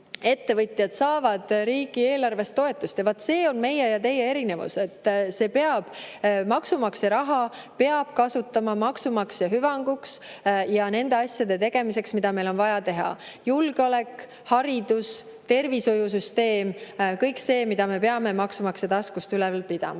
ettevõtjad saavad riigieelarvest toetust. Ja vot see on meie ja teie erinevus, et maksumaksja raha peab kasutama maksumaksja hüvanguks ja nende asjade tegemiseks, mida meil on vaja teha, nagu julgeolek, haridus, tervishoiusüsteem – kõik see, mida me peame maksumaksja taskust üleval pidama.